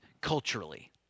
culturally